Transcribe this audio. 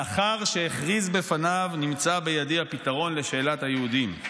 לאחר שהכריז בפניו: נמצא בידי הפתרון לשאלת היהודים.